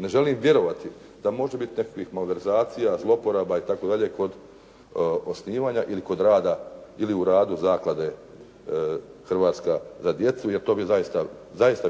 ne želim vjerovati da može biti nekakvih malverzacija, zlouporaba itd., kod osnivanja ili kod rada, ili u radu Zaklade „Hrvatska za djecu“, jer to bi zaista, zaista